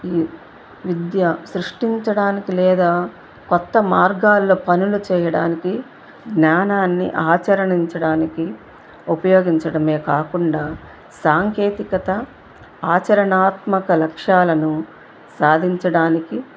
ఈ విద్య సృష్టించడానికి లేదా కొత్త మార్గాల్లో పనులు చేయడానికి జ్ఞానాన్ని ఆచరించడానికి ఉపయోగించడమే కాకుండా సాంకేతికత ఆచరణాత్మక లక్ష్యాలను సాధించడానికి